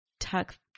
Tuck